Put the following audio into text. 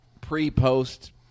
Pre-post